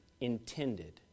intended